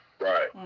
Right